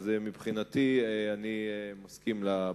מבחינתי, אני מסכים לבקשה.